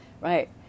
right